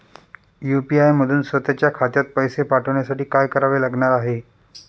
UPI मधून स्वत च्या खात्यात पैसे पाठवण्यासाठी काय करावे लागणार आहे?